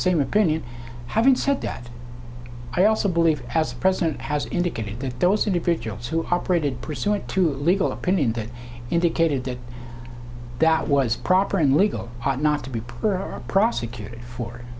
same opinion having said that i also believe as president has indicated that those individuals who operated pursuant to a legal opinion that indicated that that was proper and legal ought not to be poor or prosecuted for